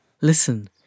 listen